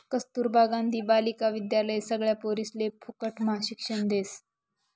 कस्तूरबा गांधी बालिका विद्यालय सगळ्या पोरिसले फुकटम्हा शिक्षण देस